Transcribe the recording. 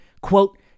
Quote